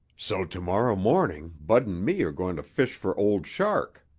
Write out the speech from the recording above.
so tomorrow morning bud and me are going to fish for old shark.